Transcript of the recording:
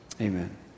Amen